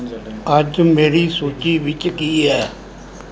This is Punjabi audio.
ਅੱਜ ਮੇਰੀ ਸੂਚੀ ਵਿੱਚ ਕੀ ਹੈ